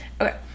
okay